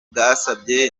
bwasabye